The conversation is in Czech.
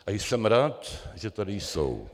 A jsem rád, že tady jsou.